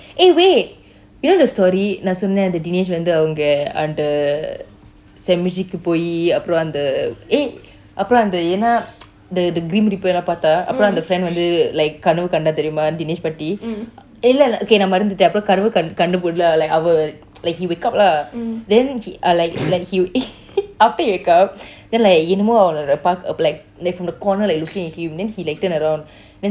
eh wait you know the story நான் சொன்னேன் அந்த:naa chonen anta dinesh வந்து அவங்க:vantu avanga anta cemetery கு போய் அப்புரம் அந்த:ku poii appuram anta eh அப்புரம் ஏன்னா அந்த:appuram eenaa anta the the grim grim reaper எல்லாம் பார்தான் அப்புரம் அந்த:ellaam paartan appuram anta friend வந்து:vantu like கனவு கண்டான் தெறியும்பா:kaanaavu kandaan teriyummaa dinesh பத்தி இல்லை இல்லை:patti ella ella okay நான் மறந்துட்டேன் கனவு கண்டபோது:naa maranthute appuram kaanaavu kandapotu lah like அவன்:avan like he wake up lah then he ah like he will eh after he wake up then like என்னமோ அவனை:ennamo avanai paark like from the corner looking at him then he like turn around